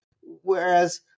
whereas